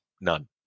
None